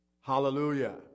Hallelujah